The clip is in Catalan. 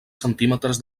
centímetres